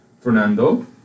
Fernando